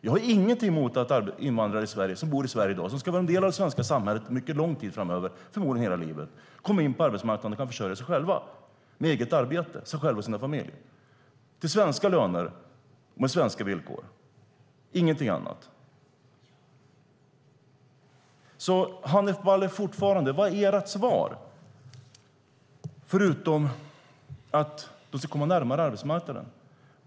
Jag har inget emot att de invandrare som bor i Sverige i dag och som ska vara en del av det svenska samhället under lång tid framöver, förmodligen hela livet, kommer in på arbetsmarknaden och kan försörja sig och sina familjer med eget arbete. Men det ska vara med svenska löner och svenska villkor - inget annat. Hanif Bali! Vad är ert svar förutom att de ska komma närmare arbetsmarknaden?